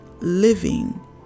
living